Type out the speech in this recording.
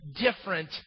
different